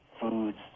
foods